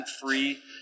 free